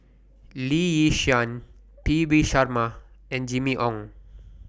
Lee Yi Shyan P V Sharma and Jimmy Ong